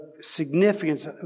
significance